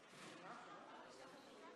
עכשיו ראש הממשלה ידבר.